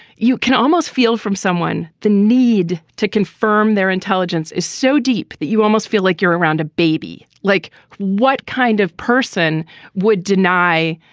you can almost feel from someone the need to confirm their intelligence is so deep that you almost feel like you're around a baby. like what kind of person would deny?